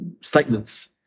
statements